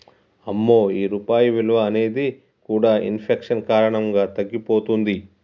అమ్మో ఈ రూపాయి విలువ అనేది కూడా ఇన్ఫెక్షన్ కారణంగా తగ్గిపోతుంది